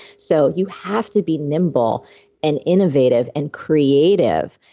so you have to be nimble and innovative and creative.